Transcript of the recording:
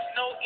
no